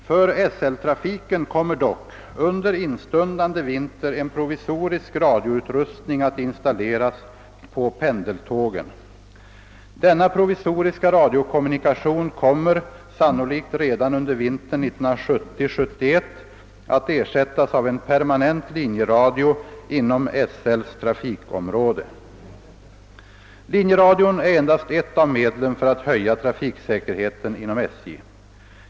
För SL-trafiken kommer dock under instundande vinter en provisorisk radioutrustning att installeras på pendeltågen. Denna provisoriska radiokommunikation kommer — sannolikt redan under vintern 1970—1971 — att ersättas av en permanent linjeradio inom SL:s trafikområde. Linjeradion är endast ett av medlen för att höja trafiksäkerheten inom SJ.